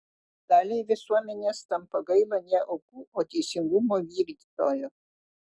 daliai visuomenės tampa gaila ne aukų o teisingumo vykdytojo